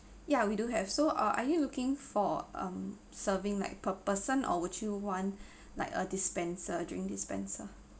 ya we do have so uh are you looking for um serving like per person or would you want like a dispenser drink dispenser